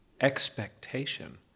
expectation